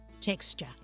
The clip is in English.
texture